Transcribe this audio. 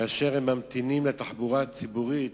כאשר הם ממתינים לתחבורה ציבורית,